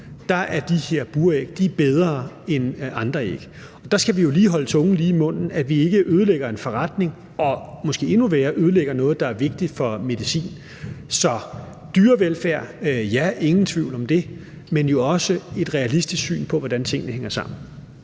at de her buræg er bedre end andre æg. Der skal vi jo lige holde tungen lige i munden, så vi ikke ødelægger en forretning og, måske endnu værre, ødelægger noget, der er vigtigt for medicin. Så der skal være tale om dyrevelfærd – ja, ingen tvivl om det – men jo også være et realistisk syn på, hvordan tingene hænger sammen.